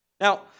Now